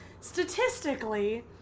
statistically